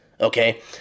okay